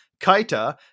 Kaita